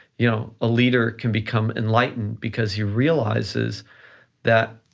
you know a leader can become enlightened because he realizes that